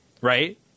Right